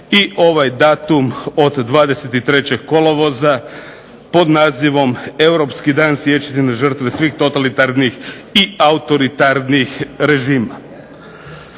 i ovaj datum od 23. kolovoza pod nazivam Europski dan sjećanja na žrtve svih totalitarnih i autoritarnih režima.